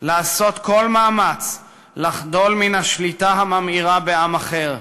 לעשות כל מאמץ לחדול מן השליטה הממאירה בעם אחר,